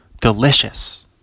Delicious